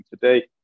today